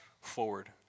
forward